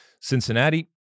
Cincinnati